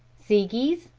seagys,